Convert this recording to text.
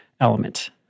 element